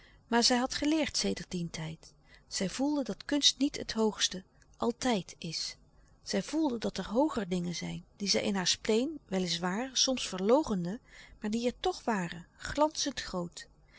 maar zij had geleerd sedert dien tijd zij voelde dat kunst niet het hoogste altijd is zij voelde dat er hooger dingen zijn die zij in haar spleen wel is waar soms verloochende maar die er toch waren glanzend groot